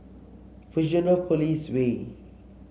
Fusionopolis Way